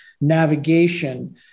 navigation